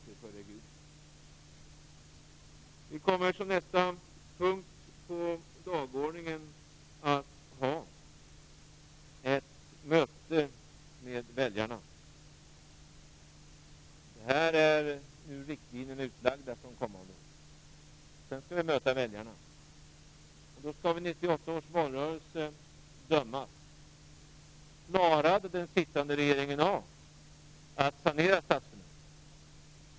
Vi kommer att som nästa punkt på dagordningen ha ett möte med väljarna. Nu har vi lagt ut riktlinjerna för de kommande åren. Sedan skall vi möta väljarna. Vid 1998 års valrörelse skall vi dömas: Klarade den sittande regeringen av att sanera statsfinanserna?